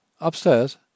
Upstairs